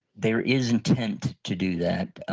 there is intent to do that.